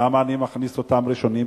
למה אני מכניס אותם ראשונים?